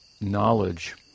knowledge